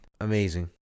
Amazing